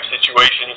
situations